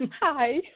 Hi